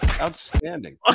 Outstanding